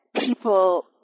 people